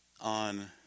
on